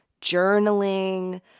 journaling